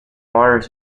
orders